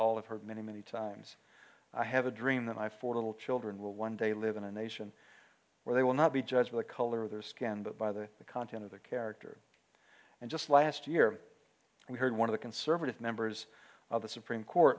all have heard many many times i have a dream that i for the little children will one day live in a nation where they will not be judged by the color of their skin but by the content of their character and just last year we heard one of the conservative members of the supreme court